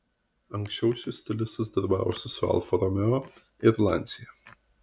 anksčiau šis stilistas darbavosi su alfa romeo ir lancia